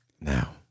Now